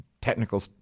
technical